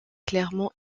clairement